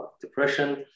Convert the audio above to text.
depression